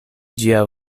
ĝia